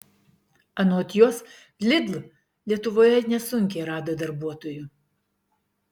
anot jos lidl lietuvoje nesunkiai rado darbuotojų